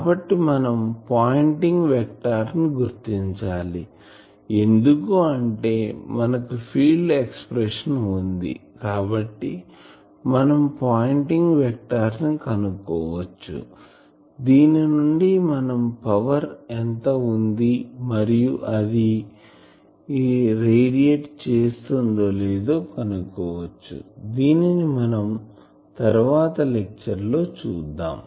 కాబట్టి మనం Poynting vector ని గుర్తించాలి ఎందుకు అంటే మనకు ఫీల్డ్ ఎక్సప్రెషన్ వుంది కాబట్టి మనం పాయింటింగ్ వెక్టార్ ని కనుక్కోవచ్చు దీని నుండి మనం పవర్ ఎంత వుంది మరియు అది రేడియేట్ చేస్తుందో లేదో కనుక్కోవచ్చు దీనిని మనం తరువాత లెక్చర్ లో చూద్దాం